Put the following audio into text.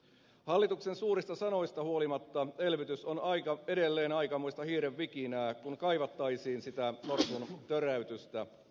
hallituksen suurista sanoista huolimatta elvytys on edelleen aikamoista hiiren vikinää kun kaivattaisiin sitä norsun töräytystä